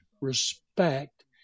respect